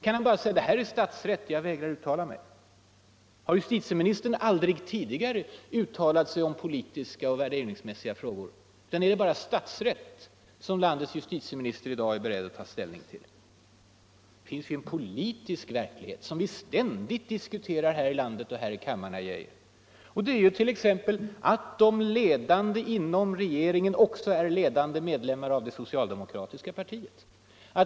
Kan han bara säga: ”Det här bör vara statsrätt, jag vägrar att uttala mig?” Har justitieministern aldrig tidigare uttalat sig om politiska frågor och värderingar? Är det bara statsrätt som landets justitieminister i dag är beredd att ta ställning till? Det finns ju en politisk verklighet, som vi ständigt diskuterar här i landet och här i kammaren. Det är t.ex. att de ledande inom regeringen också är ledande medlemmar av det socialdemokratiska partiet.